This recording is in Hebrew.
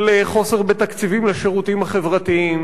של חוסר בתקציבים לשירותים החברתיים.